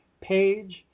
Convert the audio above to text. page